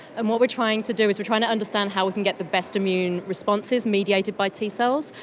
and what we are trying to do is we are trying to understand how we can get the best immune responses mediated by t cells,